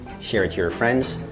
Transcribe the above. share it to your friends,